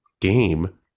game